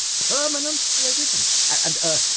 permanent residence, and, er,